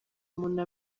umuntu